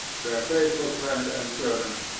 their faithful friend and servant,